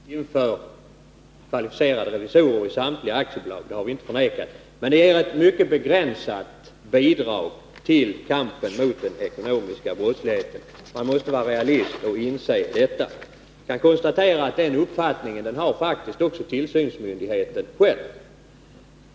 Fru talman! Det är alldeles riktigt att det är en klar förbättring att man nu inför bestämmelser om att kvalificerade revisorer skall finnas i samtliga aktiebolag — det har vi inte förnekat. Men detta ger ett mycket begränsat bidrag till kampen mot den ekonomiska brottsligheten. Man måste vara realist och inse det. Den uppfattningen har faktiskt också vederbörande tillsynsmyndighet.